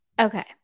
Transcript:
Okay